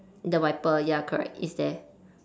the wiper ya correct it's there